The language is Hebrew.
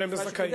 שהם זכאים.